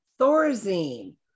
Thorazine